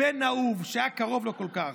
בן אהוב שהיה קרוב לו כל כך.